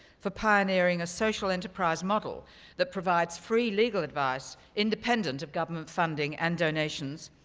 for pioneering a social enterprise model that provides free legal advice independent of government funding and donations.